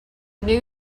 new